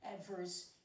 adverse